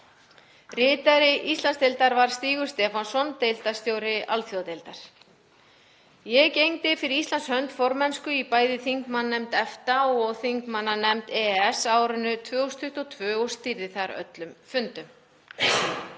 Ritari Íslandsdeildar var Stígur Stefánsson, deildarstjóri alþjóðadeildar. Ég gegndi fyrir Íslands hönd formennsku í bæði þingmannanefnd EFTA og þingmannanefnd EES á árinu 2022 og stýrði þar öllum fundum.